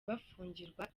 bafungirwa